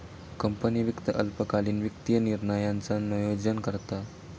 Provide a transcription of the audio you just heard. company वित्त अल्पकालीन वित्तीय निर्णयांचा नोयोजन करता